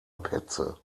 petze